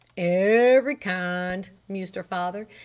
every. kind, mused her father.